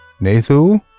Nathu